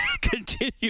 continue